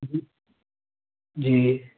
جی جی